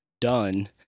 done